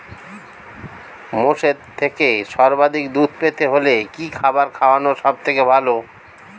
মোষের থেকে সর্বাধিক দুধ পেতে হলে কি খাবার খাওয়ানো সবথেকে ভালো?